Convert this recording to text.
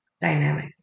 Dynamic